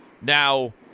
Now